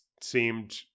seemed